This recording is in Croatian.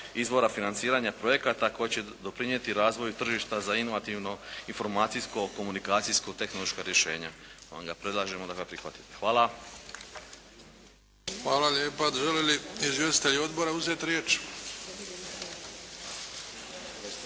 izvora financiranja projekata koji će doprinijeti razvoju tržišta za inovativno informacijsko komunikacijsko tehnološka rješenja. Predlažemo da ga prihvatite. Hvala. **Bebić, Luka (HDZ)** Hvala lijepa. Žele li izvjestitelji odbora uzeti riječ?